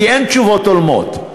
כי אין תשובות הולמות.